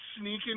sneaking